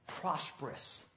Prosperous